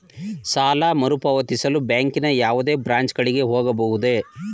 ಸಾಲ ಮರುಪಾವತಿಸಲು ಬ್ಯಾಂಕಿನ ಯಾವುದೇ ಬ್ರಾಂಚ್ ಗಳಿಗೆ ಹೋಗಬಹುದೇ?